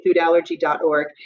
foodallergy.org